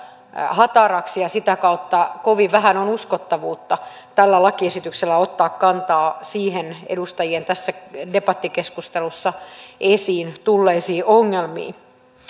hataraksi ja sitä kautta kovin vähän on uskottavuutta tällä lakiesityksellä ottaa kantaa niihin edustajien tässä debattikeskustelussa esiin tuomiin ongelmiin